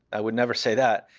i would never say that.